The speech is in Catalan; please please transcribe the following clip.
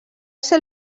ser